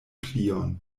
plion